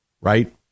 Right